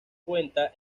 cuenta